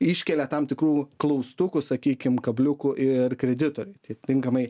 iškelia tam tikrų klaustukų sakykim kabliukų ir kreditoriui tai tinkamai